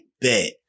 bet